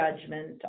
judgment